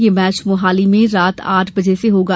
यह मैच मोहाली में रात आठ बजे से होगा